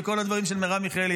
וכל הדברים של מרב מיכאלי,